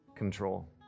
control